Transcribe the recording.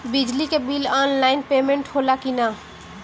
बिजली के bill online payment होला कि ना?